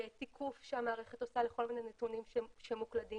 תיקוף שהמערכת עושה לכל מיני נתונים שמוקלדים.